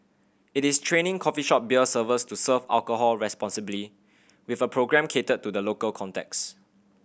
it is training coffee shop beer servers to serve alcohol responsibly with a programme catered to the local context